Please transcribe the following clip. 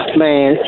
man